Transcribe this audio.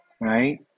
right